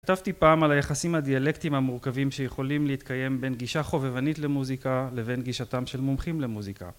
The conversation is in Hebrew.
כתבתי פעם על היחסים הדיאלקטיים המורכבים שיכולים להתקיים בין גישה חובבנית למוזיקה לבין גישתם של מומחים למוזיקה